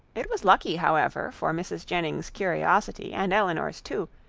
it was lucky, however, for mrs. jennings's curiosity and elinor's too,